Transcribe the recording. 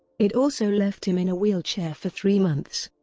it also left him in a wheelchair for three months.